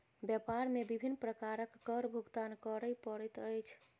व्यापार मे विभिन्न प्रकारक कर भुगतान करय पड़ैत अछि